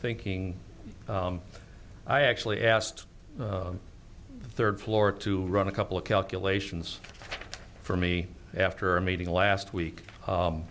thinking i actually asked third floor to run a couple of calculations for me after a meeting last week i